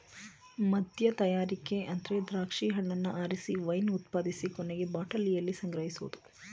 ಮದ್ಯತಯಾರಿಕೆ ಅಂದ್ರೆ ದ್ರಾಕ್ಷಿ ಹಣ್ಣನ್ನ ಆರಿಸಿ ವೈನ್ ಉತ್ಪಾದಿಸಿ ಕೊನೆಗೆ ಬಾಟಲಿಯಲ್ಲಿ ಸಂಗ್ರಹಿಸೋದು